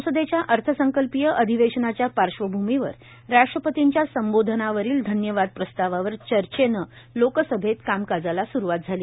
संसदेच्या अर्थसंकल्पीय अधिवेशनाच्या पार्श्वभूमीवर राष्ट्रपतींच्या संबोधनावरील धव्यवाद प्रस्तावावर चर्चेनं लोकसभेत कामकाजाला सुरूवात झाली